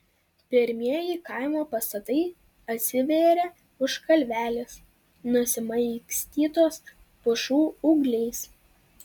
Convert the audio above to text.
pirmieji kaimo pastatai atsivėrė už kalvelės nusmaigstytos pušų ūgliais